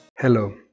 Hello